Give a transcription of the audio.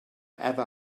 ever